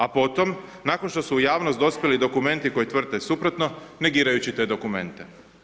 A potom, nakon što su u javnost dospjeli dokumenti koje tvrde suprotno, negirajuće te dokumente.